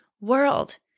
world